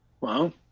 Wow